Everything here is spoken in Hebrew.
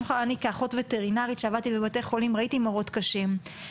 אני כאחות וטרינרית כשעבדתי בבתי חולים ראיתי מראות קשים,